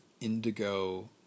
indigo